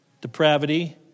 depravity